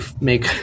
make